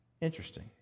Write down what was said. Interesting